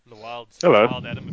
Hello